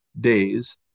days